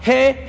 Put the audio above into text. Hey